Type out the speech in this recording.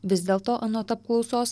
vis dėlto anot apklausos